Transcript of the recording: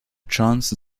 johnson